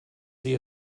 sie